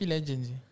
Legends